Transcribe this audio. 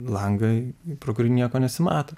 langą pro kurį nieko nesimato